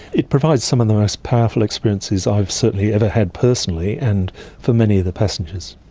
it provides some of the most powerful experiences i've certainly ever had personally, and for many of the passengers.